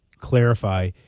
clarify